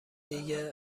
دیگه